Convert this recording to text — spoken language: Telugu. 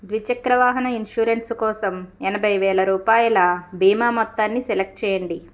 ద్విచక్ర వాహన ఇన్షురెన్స్ కోసం ఎనభైవేల రూపాయల భీమా మొత్తాన్ని సెలెక్ట్ చేయండి